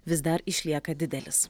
vis dar išlieka didelis